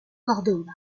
córdoba